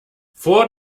vor